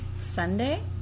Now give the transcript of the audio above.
Sunday